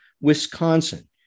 Wisconsin